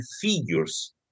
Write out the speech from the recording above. figures